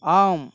ஆம்